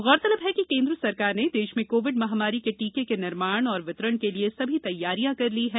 गौरतलब है कि केंद्र सरकार ने देश में कोविड महामारी के टीके के निर्माण और वितरण के लिए सभी तैयारियां कर ली है